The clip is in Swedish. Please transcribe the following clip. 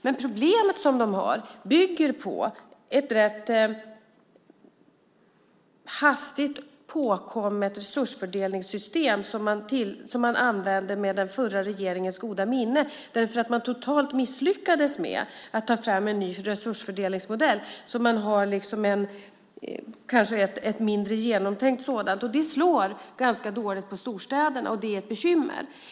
Det problem som finns bygger på ett rätt hastigt påkommet resursfördelningssystem, som man använde med den förra regeringens goda minne därför att man totalt misslyckades med att ta fram en ny resursfördelningsmodell. Man har alltså ett kanske mindre genomtänkt sådant. Det slår ganska hårt mot storstäderna, och det är ett bekymmer.